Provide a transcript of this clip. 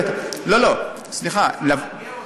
אתה מאתגר אותי,